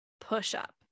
push-up